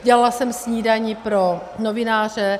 Dělala jsem snídani pro novináře.